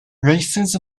races